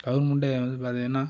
கவர்முண்டே வந்து பார்த்திங்கன்னா